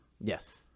Yes